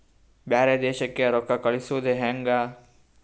ಬ್ಯಾರೆ ದೇಶಕ್ಕೆ ರೊಕ್ಕ ಕಳಿಸುವುದು ಹ್ಯಾಂಗ?